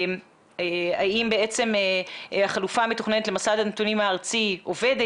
האם בעצם החלופה המתוכננת למסד הנתונים הארצי עובדת,